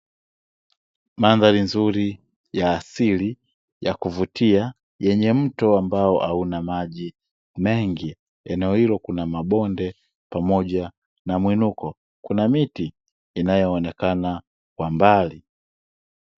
Mandhari nzuri ya asili ya kuvutia, yenye mto ambao hauna maji mengi. Eneo hilo kuna mabonde pamoja na mwinuko. Kuna miti inayoonekana kwa mbali.